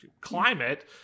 climate